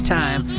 time